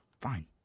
Fine